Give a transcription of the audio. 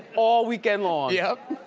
all weekend long. yep.